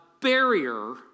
barrier